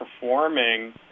performing